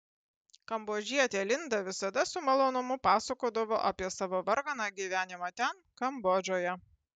kambodžietė linda visada su malonumu pasakodavo apie savo varganą gyvenimą ten kambodžoje